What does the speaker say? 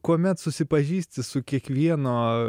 kuomet susipažįsti su kiekvieno